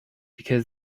because